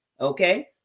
Okay